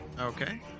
Okay